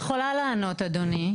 אני יכולה לענות, אדוני.